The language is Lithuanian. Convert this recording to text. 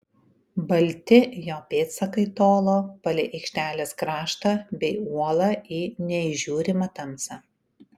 balti jo pėdsakai tolo palei aikštelės kraštą bei uolą į neįžiūrimą tamsą